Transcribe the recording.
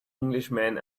englishman